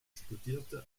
studierte